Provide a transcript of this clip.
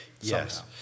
Yes